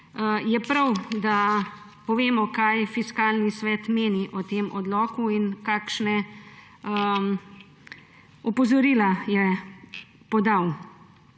je prav, da povemo, kaj Fiskalni svet meni o tem odloku in kakšna opozorila je podal.